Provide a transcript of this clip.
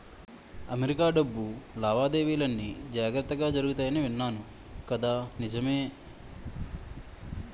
America డబ్బు లావాదేవీలన్నీ జాగ్రత్తగా జరుగుతాయని విన్నాను కదా నిజమే